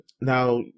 Now